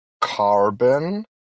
Carbon